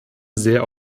sehr